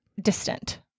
distant